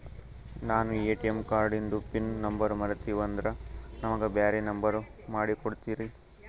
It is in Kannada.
ನಾನು ಎ.ಟಿ.ಎಂ ಕಾರ್ಡಿಂದು ಪಿನ್ ನಂಬರ್ ಮರತೀವಂದ್ರ ನಮಗ ಬ್ಯಾರೆ ನಂಬರ್ ಮಾಡಿ ಕೊಡ್ತೀರಿ?